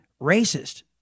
racist